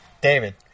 David